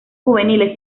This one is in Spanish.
juveniles